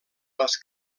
les